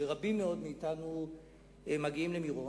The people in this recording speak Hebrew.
ורבים מאוד מאתנו מגיעים למירון,